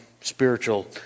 spiritual